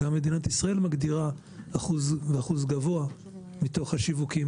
גם מדינת ישראל מגדירה אחוז גבוה מתוך השיווקים.